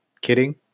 kidding